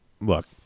look